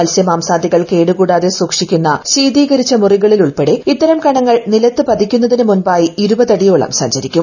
മത്സ്യമാംസാദികൾ കേടുകൂടാതെ സൂക്ഷിക്കുന്ന ശീതീകരിച്ച മുറികളിൽ ഉൾപ്പെടെ ഇത്തരം കണങ്ങൾ നിലത്ത് പതിക്കുന്നതിന് മുൻപായി ഇരുപതടിയോളം സഞ്ചരിക്കും